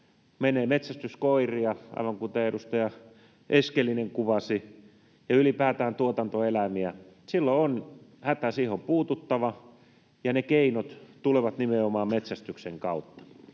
menee metsästyskoiria, aivan kuten edustaja Eskelinen kuvasi, ja ylipäätään tuotantoeläimiä, silloin on hätä. Siihen on puututtava, ja ne keinot tulevat nimenomaan metsästyksen kautta.